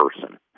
person